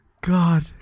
God